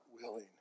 willing